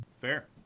Fair